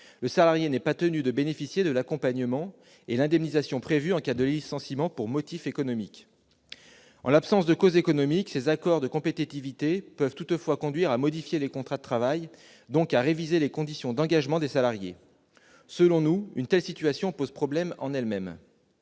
le salarié n'est pas tenu de bénéficier de l'accompagnement et de l'indemnisation prévus en cas de licenciement pour motif économique. En l'absence de cause économique, ces accords de compétitivité peuvent toutefois conduire à modifier les contrats de travail, donc à réviser les conditions d'engagement des salariés. Pour nous, une telle situation pose problème en tant que